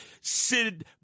Sid